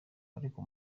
ariko